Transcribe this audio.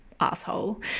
asshole